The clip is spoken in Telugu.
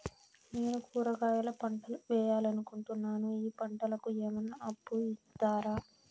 నేను కూరగాయల పంటలు వేయాలనుకుంటున్నాను, ఈ పంటలకు ఏమన్నా అప్పు ఇస్తారా?